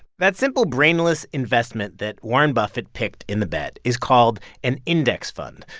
that simple brainless investment that warren buffett picked in the bet is called an index fund.